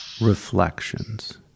Reflections